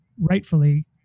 rightfully